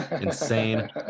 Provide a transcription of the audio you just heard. insane